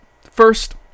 first